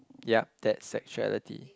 yup that's sexuality